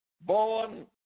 born